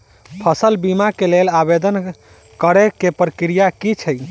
फसल बीमा केँ लेल आवेदन करै केँ प्रक्रिया की छै?